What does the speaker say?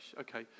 Okay